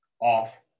off